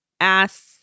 ass